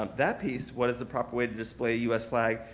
um that piece what is the proper way to display a us flag,